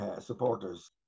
supporters